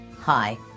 Hi